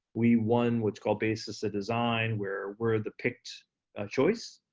we won, which called basis a design, where we're the picked choice.